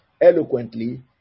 eloquently